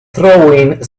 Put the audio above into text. throwing